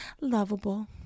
lovable